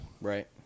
Right